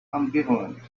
ambivalent